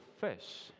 fish